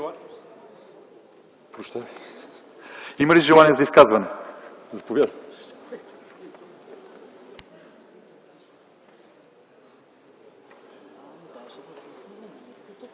Има ли желание за изказване? Заповядайте.